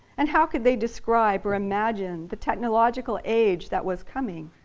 and how could they describe or imagine the technological age that was coming?